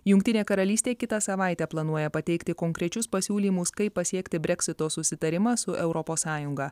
jungtinė karalystė kitą savaitę planuoja pateikti konkrečius pasiūlymus kaip pasiekti breksito susitarimą su europos sąjunga